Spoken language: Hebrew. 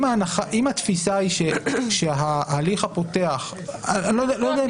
אם התפיסה היא שההליך הפותח --- לא.